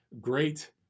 Great